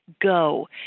go